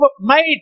made